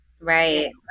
right